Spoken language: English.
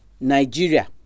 Nigeria